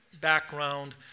background